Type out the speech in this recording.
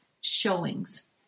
showings